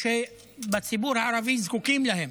שבציבור הערבי זקוקים להן.